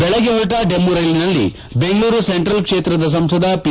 ಬೆಳಗ್ಗೆ ಹೊರಟ ಡೆಮು ರೈಲಿನಲ್ಲಿ ಬೆಂಗಳೂರು ಸೆಂಟ್ರಲ್ ಕ್ಷೇತ್ರದ ಸಂಸದ ಪಿ